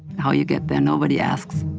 how you get there, nobody asks